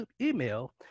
email